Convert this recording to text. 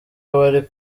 wari